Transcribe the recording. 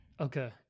Okay